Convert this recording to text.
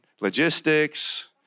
logistics